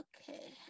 Okay